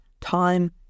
time